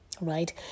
right